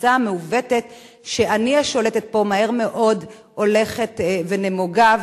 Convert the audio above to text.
התפיסה המעוותת ש"אני השולטת פה" מהר מאוד הולכת ונמוגה,